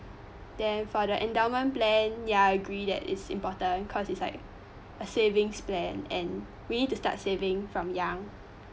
then for the endowment plan ya I agree that is important cause is like a savings plan and we need to start saving from young